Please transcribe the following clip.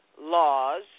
laws